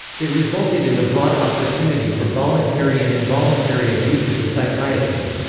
it resulted in the broad opportunity for voluntary and involuntary abuses of psychiatry.